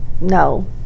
No